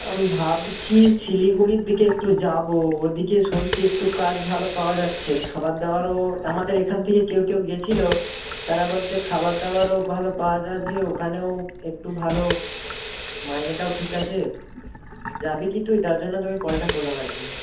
আমি ভাবছি শিলিগুড়ির দিকে একটু যাব ওদিকে শুনছি একটু কাজ ভালো পাওয়া যাচ্ছে খাবার দাবারও আমাদের এখান থেকে কেউ কেউ গিয়েছিল তারা বলছে খাবার দাবারও ভালো পাওয়া যাচ্ছে ওখানেও একটু ভালো মাইনেটাও ঠিক আছে যাবি কি তুই তার জন্য তোকে কলটা করলাম আর কি